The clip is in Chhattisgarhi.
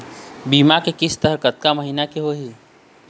बीमा के किस्त कतका महीना के होही?